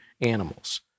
animals